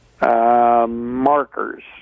markers